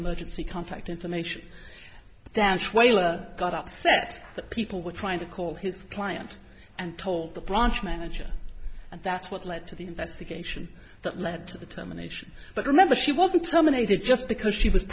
emergency contact information down schweller got upset that people were trying to call his client and told the branch manager and that's what led to the investigation that led to the terminations but remember she wasn't terminated just because she was